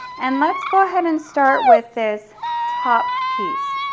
and let's go ahead and start with this top piece.